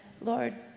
Lord